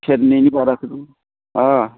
सेरनैनि बाराखो दं